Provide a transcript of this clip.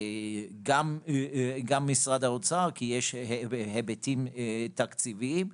גם משרד האוצר כי יש היבטים תקציביים.